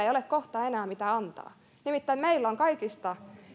ei ole kohta enää mitä antaa nimittäin meillä on kaikista